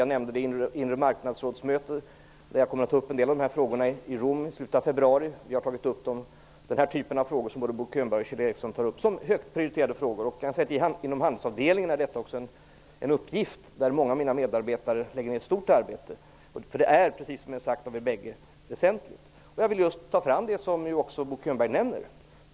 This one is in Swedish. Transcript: Jag nämnde det inre marknadsrådetsmötet. Jag kommer att ta upp en del av dessa frågor i Rom i slutet av februari. Vi har tagit upp den typ av frågor som både Bo Könberg och Kjell Ericsson tar upp som högt prioriterade frågor. Inom handelsavdelningen är det en uppgift som många av mina medarbetare lägger ned stort arbete på. Det är, precis som är sagt av er bägge, väsentligt. Jag vill just ta fram det som också Bo Könberg nämner.